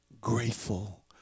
grateful